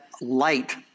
light